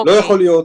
לא יכול להיות.